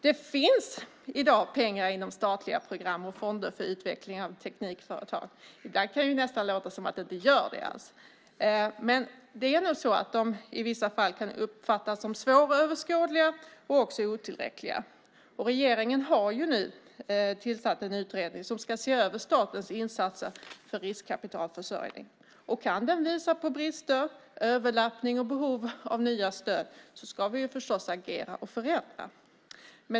Det finns i dag pengar inom statliga program och fonder för utveckling av teknikföretag. Ibland kan det nästan låta som om det inte alls gör det. Men i vissa fall kan de nog uppfattas som svåröverskådliga och otillräckliga. Regeringen har nu tillsatt en utredning som ska se över statens insatser för riskkapitalförsörjning. Om den kan visa på brister, överlappning och behov av nya stöd ska vi förstås agera och förändra.